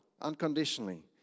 unconditionally